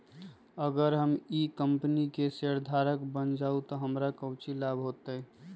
अगर हम ई कंपनी के शेयरधारक बन जाऊ तो हमरा काउची लाभ हो तय?